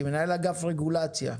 מנהל אגף רגולציה,